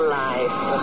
life